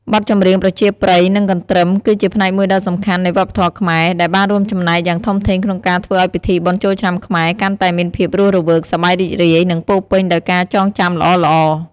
បទចម្រៀងប្រជាប្រិយ និងកន្ទ្រឹម គឺជាផ្នែកមួយដ៏សំខាន់នៃវប្បធម៌ខ្មែរ ដែលបានរួមចំណែកយ៉ាងធំធេងក្នុងការធ្វើឱ្យពិធីបុណ្យចូលឆ្នាំខ្មែរកាន់តែមានភាពរស់រវើក សប្បាយរីករាយ និងពោរពេញដោយការចងចាំល្អៗ។